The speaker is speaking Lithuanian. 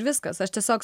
viskas aš tiesiog